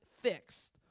fixed